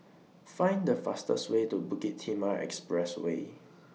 Find The fastest Way to Bukit Timah Expressway